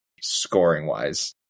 scoring-wise